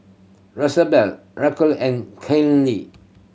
Rosabelle Raquel and Caylee